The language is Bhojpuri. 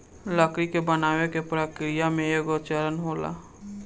लकड़ी के बनावे के प्रक्रिया में एगो चरण होला